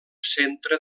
centre